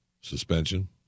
suspension